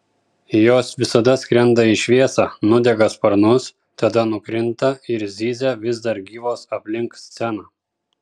jos visada skrenda į šviesą nudega sparnus tada nukrinta ir zyzia vis dar gyvos aplink sceną